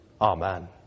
Amen